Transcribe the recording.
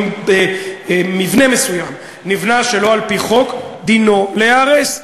אם מבנה מסוים נבנה שלא על-פי חוק, דינו ליהרס.